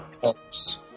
helps